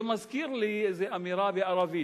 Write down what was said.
זה מזכיר לי איזה אמירה בערבית,